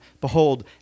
Behold